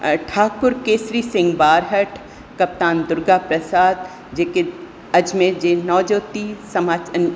ठाकुर केसवी सिंग बारहठ कप्तान दुर्गा प्रसाद जेके अजमेर जे नौजती समाज ई